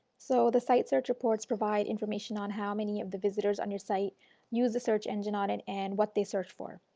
so the site search report provides information on how many of the visitors on your site use the search engine on it and what they search for.